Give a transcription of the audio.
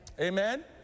Amen